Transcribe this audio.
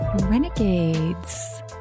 Renegades